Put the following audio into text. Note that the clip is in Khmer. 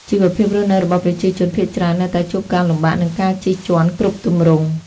ជីវភាពរស់នៅរបស់ប្រជាជនភាគច្រើននៅតែជួបការលំបាក និងការជិះជាន់គ្រប់ទម្រង់។